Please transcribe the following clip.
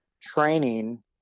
training